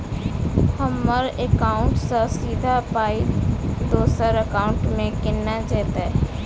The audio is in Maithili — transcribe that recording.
हम्मर एकाउन्ट सँ सीधा पाई दोसर एकाउंट मे केना जेतय?